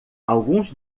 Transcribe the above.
alguns